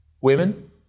Women